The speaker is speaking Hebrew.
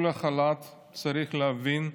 צריך להבין,